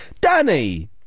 Danny